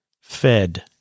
fed